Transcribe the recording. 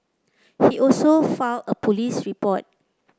he also filed a police report